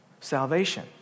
salvation